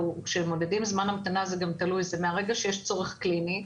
כשמודדים זמן המתנה זה גם תלוי זה מהרגע שיש צורך קליני.